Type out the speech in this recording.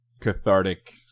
cathartic